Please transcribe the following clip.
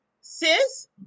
Sis